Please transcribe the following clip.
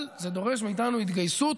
אבל זה דורש מאיתנו התגייסות